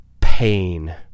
pain